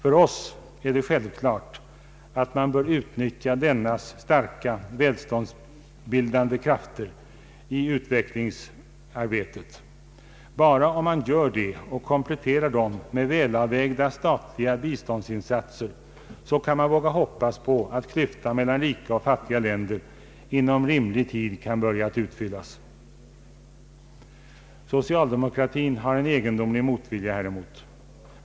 För oss är det självklart att man bör utnyttja dennas starka, välståndsbildande krafter i utvecklingsarbetet. Bara om man gör det och kompletterar den med väl avvägda statliga biståndsinsatser kan man våga hoppas på att klyftan mellan rika och fattiga länder inom rimlig tid kan börja utfyllas. Socialdemokratin har en egendomlig motvilja häremot.